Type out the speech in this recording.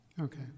okay